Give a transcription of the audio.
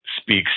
speaks